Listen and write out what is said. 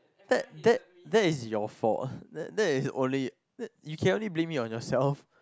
that that that is your fault that that is only you can only blame on yourself